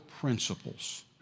principles